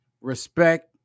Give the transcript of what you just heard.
respect